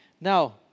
now